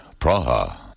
Praha